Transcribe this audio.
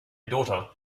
daughter